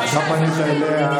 העם חשב שהזהות שהיהודית היא חשובה.